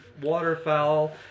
waterfowl